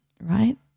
Right